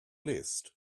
list